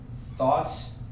thoughts